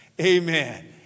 Amen